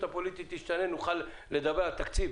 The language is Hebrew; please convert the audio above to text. הפוליטית תשתנה ושנוכל לדבר על תקציב.